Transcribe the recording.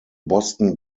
boston